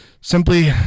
Simply